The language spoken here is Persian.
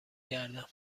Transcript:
گردم